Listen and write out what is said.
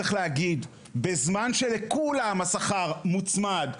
צריך להגיד שבזמן שלכולם השכר מוצמד,